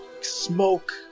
smoke